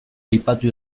aipatu